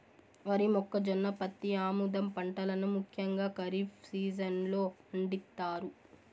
వరి, మొక్కజొన్న, పత్తి, ఆముదం పంటలను ముఖ్యంగా ఖరీఫ్ సీజన్ లో పండిత్తారు